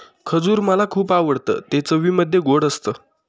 खजूर मला खुप आवडतं ते चवीमध्ये गोड असत